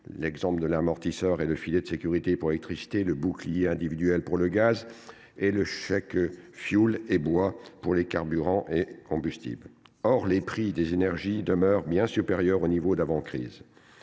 reconduits : amortisseur et filet de sécurité pour l’électricité, bouclier individuel pour le gaz et chèques fioul et bois pour les carburants et les combustibles. Or les prix des énergies demeurent bien supérieurs à leurs niveaux d’avant crise